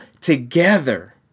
together